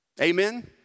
amen